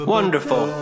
Wonderful